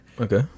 Okay